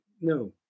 No